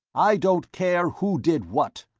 i don't care who did what!